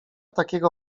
takiego